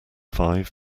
five